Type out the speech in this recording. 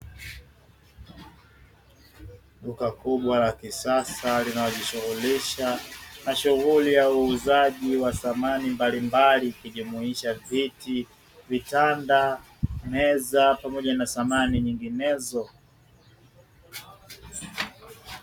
Duka kubwa la kisasa linalojihusisha na shughuli ya uuzaji wa samani mbalimbali ukijumuisha viti, vitanda, meza pamoja na samani nyinginezo.